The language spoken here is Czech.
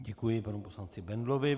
Děkuji panu poslanci Bendlovi.